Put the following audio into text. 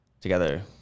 together